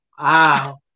Wow